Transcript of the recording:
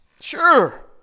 Sure